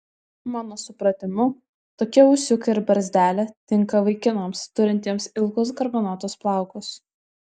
mano supratimu tokie ūsiukai ir barzdelė tinka vaikinams turintiems ilgus garbanotus plaukus